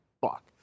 Fuck